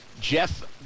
Jeff